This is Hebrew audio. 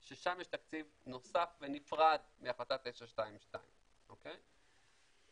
ששם יש תקציב נוסף ונפרד מהחלטה 922.